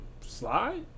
slide